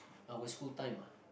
our school time ah